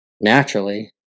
naturally